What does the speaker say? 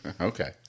Okay